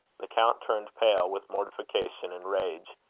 the count turned pale with mortification and rage.